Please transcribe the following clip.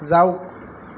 যাওক